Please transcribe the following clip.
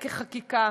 כחקיקה.